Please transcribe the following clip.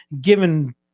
given